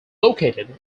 located